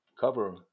cover